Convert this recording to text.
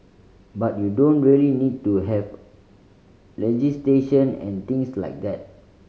but you don't really need to have legislation and things like that